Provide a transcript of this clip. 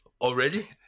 Already